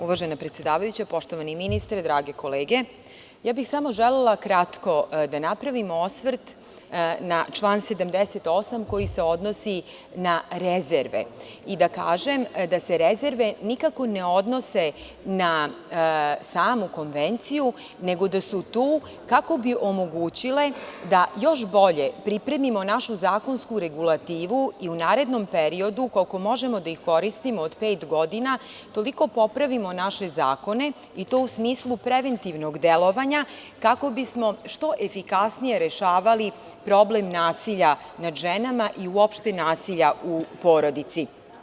Uvažena predsedavajuća, poštovani ministre, drage kolege, želela bih samo kratko da napravimo osvrt na član 78. koji se odnosi na rezerve i da kažem da se rezerve nikako ne odnose na samu konvenciju, nego da su tu kako bi omogućile da još bolje pripremimo našu zakonsku regulativu i u narednom periodu, koliko možemo da ih koristimo od pet godina, toliko popravimo naše zakone i to u smislu preventivnog delovanja, kako bismo što efikasnije rešavali problem nasilja nad ženama i uopšte nasilja u porodici.